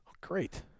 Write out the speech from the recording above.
Great